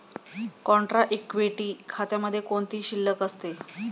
Contra equity खात्यामध्ये कोणती शिल्लक असते?